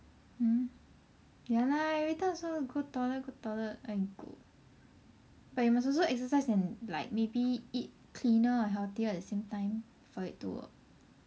hmm ya lah everyime also want to go toilet go toilet but you must also exercise and like maybe eat cleaner or healthier at the same time for it to work